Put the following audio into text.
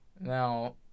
Now